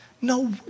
No